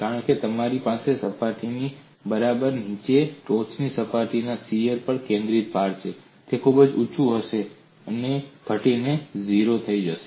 કારણ કે તમારી પાસે સપાટીની બરાબર નીચે ટોચની સપાટીના શીયર પર કેન્દ્રિત ભાર છે તે ખૂબ જ ઊંચું હશે અને તે ઘટીને 0 થઈ જશે